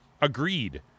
Agreed